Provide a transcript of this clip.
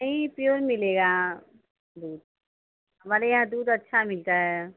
नहीं प्योर मिलेगा दूध हमारे यहाँ दूध अच्छा मिलता है